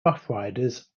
roughriders